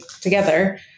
together